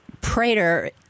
Prater